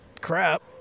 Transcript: crap